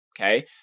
Okay